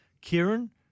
Kieran